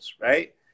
right